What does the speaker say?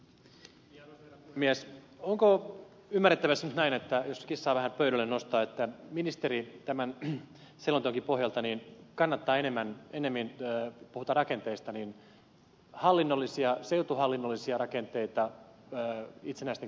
onko ymmärrettävissä nyt näin jos kissaa vähän pöydälle nostaa että ministeri tämän selonteonkin pohjalta kannattaa ennemmin kun puhutaan rakenteista hallinnollisia seutuhallinnollisia rakenteita itsenäisten kuntien sijaan